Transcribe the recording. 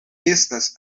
estas